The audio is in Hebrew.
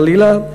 חלילה,